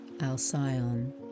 Alcyon